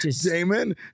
Damon